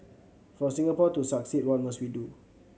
for Singapore to succeed what must we do